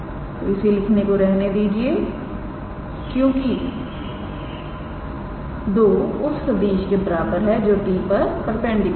तो इसे लिखने को रहने दीजिए क्योंकि दो उस सदिश के बराबर है जो 𝑡̂ पर परपेंडिकुलर है